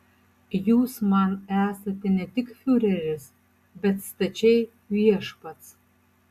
jūs man esate ne tik fiureris bet stačiai viešpats